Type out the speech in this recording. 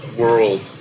world